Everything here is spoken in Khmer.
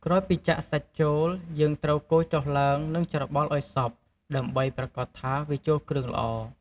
ក្រោយពីចាក់សាច់ចូល យើងត្រូវកូរចុះឡើង និងច្របល់ឱ្យសព្វ ដើម្បីប្រាកដថាវាចូលគ្រឿងល្អ។